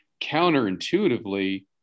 counterintuitively